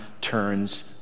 turns